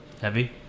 Heavy